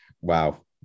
Wow